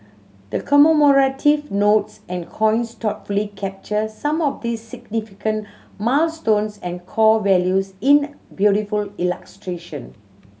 the commemorative notes and coins thoughtfully capture some of these significant milestones and core values in beautiful illustration